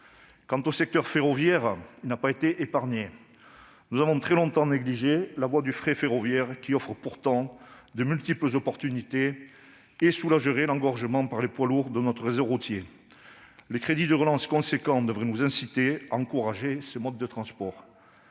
mieux. Le secteur ferroviaire n'a pas été épargné. Nous avons trop longtemps négligé la voie du fret ferroviaire, qui offre pourtant de multiples opportunités et qui soulagerait l'engorgement par les poids lourds de notre réseau routier. Les crédits de relance importants devraient nous inciter à encourager ce mode de transport.